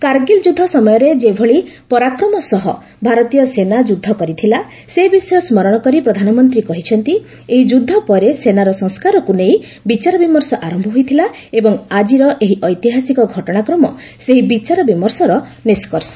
କାର୍ଗିଲ୍ ଯୁଦ୍ଧ ସମୟରେ ଯେଭଳି ପରାକ୍ରମ ସହ ଭାରତୀୟ ସେନା ଯୁଦ୍ଧ କରିଥିଲା ସେ ବିଷୟ ସ୍କରଣ କରି ପ୍ରଧାନମନ୍ତ୍ରୀ କହିଛନ୍ତି ଏହି ଯୁଦ୍ଧ ପରେ ସେନାର ସଂସ୍କାରକୁ ନେଇ ବିଚାରବିମର୍ଷ ଆରମ୍ଭ ହୋଇଥିଲା ଏବଂ ଆଜିର ଏହି ଐତିହାସିକ ଘଟଣାକ୍ରମ ସେହି ବିଚାରବିମର୍ଷର ନିଷ୍କର୍ଷ